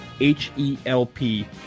H-E-L-P